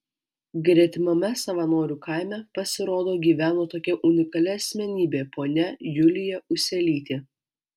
gretimame savanorių kaime pasirodo gyveno tokia unikali asmenybė ponia julija uselytė